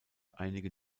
einige